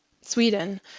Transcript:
Sweden